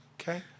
Okay